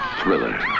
thriller